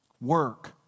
work